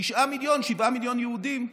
תשעה מיליון, שבעה מיליון יהודים.